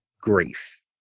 grief